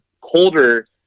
colder